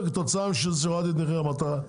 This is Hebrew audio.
כתוצאה מזה שהורדת את מחיר המטרה ב-20%.